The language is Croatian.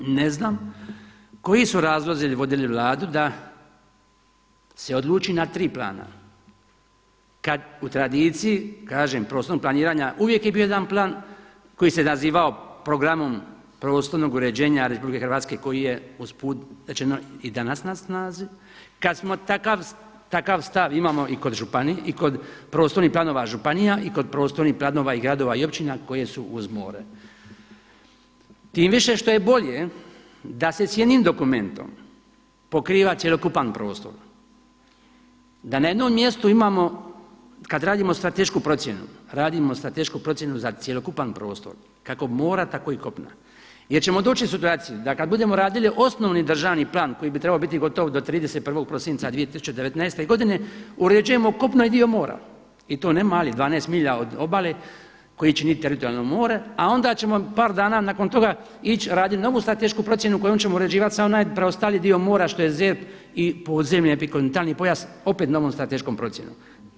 Ne znam koji su razlozi vodili Vladu da se odluči na tri plana kad u tradiciji kažem prostornog planiranja uvijek je bio jedan plan koji se nazivao programom prostornog uređenja Republike Hrvatske koji je usput rečeno i danas na snazi kad smo takav, takav stav imamo i kod prostornih planova županija i kod prostornih planova gradova i općina koje su uz more, tim više što je bolje da se jednim dokumentom pokriva cjelokupan prostor, da na jednom mjestu imamo kad radimo stratešku procjenu radimo stratešku procjenu za cjelokupan prostor kako mora tako i kopna jer ćemo doći u situaciju da kad budemo radili odnosno državni plan koji bi trebao biti gotov do 31. prosinca 2019. godine uređujemo kopno i dio mora, i to ne mali 12 milja od obale koji čini teritorijalno more a onda ćemo par dana nakon toga ići raditi novu stratešku procjenu kojom ćemo uređivati sav onaj preostali dio mora što je ZERP i podzemlje epikontinentalni pojas opet novom strateškom procjenom.